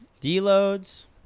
D-loads